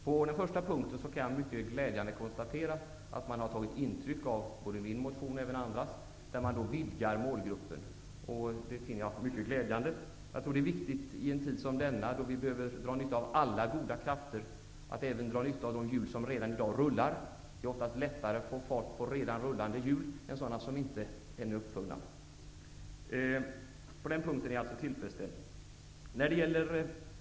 På den första punkten är det mycket glädjande att kunna konstatera att man har tagit intryck både av min motion och av andras motioner samt att målgruppen vidgas. Jag tror att det är viktigt i en tid som denna, då vi behöver dra nytta av alla goda krafter, att även dra nytta av de hjul som redan rullar. Det måste väl vara lättare att få fart på redan rullande hjul än på sådana som inte är uppfunna. På den här punkten är jag alltså tillfredsställd.